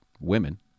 women